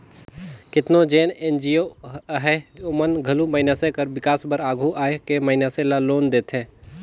केतनो जेन एन.जी.ओ अहें ओमन घलो मइनसे कर बिकास बर आघु आए के मइनसे ल लोन देथे